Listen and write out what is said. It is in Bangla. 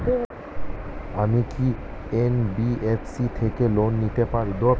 আমি কি এন.বি.এফ.সি থেকে লোন নিতে পারি?